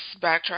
backtrack